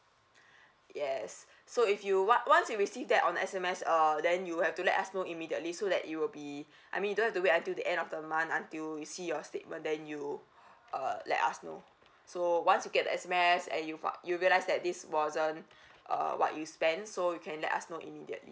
yes so if you o~ once you receive that on S_M_S uh then you will have to let us know immediately so that it will be I mean you don't have to wait until the end of the month until you see your statement then you uh let us know so once you get the S_M_S and you fi~ you realise that this wasn't uh what you spent so you can let us know immediately